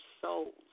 souls